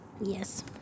Yes